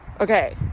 okay